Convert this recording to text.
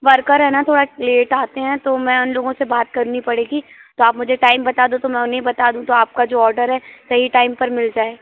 worker है ना थोड़ा लेट आते हैं तो मैं उन लोगों से बात करनी पड़ेगी तो आप मुझे टाइम बता दो तो मैं उन्हें बता दूँ तो आपका जो ऑर्डर है सही टाइम पर मिल जाए